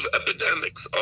epidemics